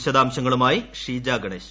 വിശദാംശങ്ങളുമായി ഷീജ ഗണേശ്